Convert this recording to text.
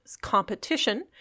competition